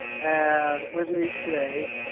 and with me today,